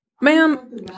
Ma'am